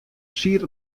siet